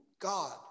God